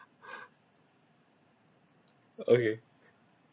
okay